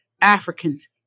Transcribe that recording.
Africans